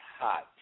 hot